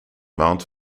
mount